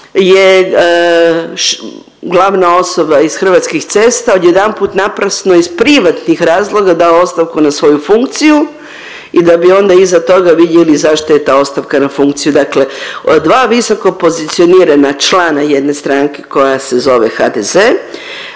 je glavna osoba iz Hrvatskih cesta odjedanput naprasno iz privatnih razloga dao ostavku na svoju funkciju i da bi onda iza tog vidjeli zašto je ta ostavka na funkciju. Dakle, dva visokopozicionirana člana jedne stranke koja se zove HDZ